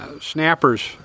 snappers